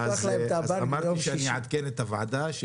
אמרתי שאני אעדכן את הוועדה.